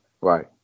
Right